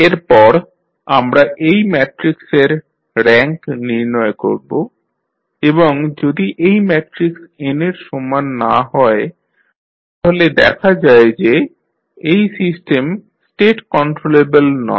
এরপর আমরা এই ম্যাট্রিক্সের র্যাঙ্ক নির্ণয় করব এবং যদি এই ম্যাট্রিক্স n এর সমান না হয় তাহলে দেখা যায় যে এই সিস্টেম স্টেট কন্ট্রোলেবল নয়